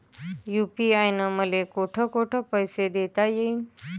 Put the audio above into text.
UPI न मले कोठ कोठ पैसे देता येईन?